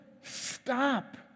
stop